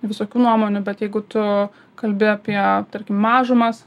visokių nuomonių bet jeigu tu kalbi apie tarkim mažumas